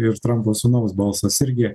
ir trampo sūnaus balsas irgi